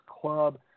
club